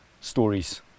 stories